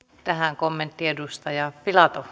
tähän kommentti edustaja filatov